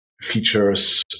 features